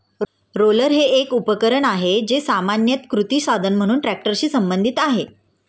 roller हे एक उपकरण आहे, जे सामान्यत कृषी साधन म्हणून ट्रॅक्टरशी संबंधित आहे